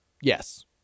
yes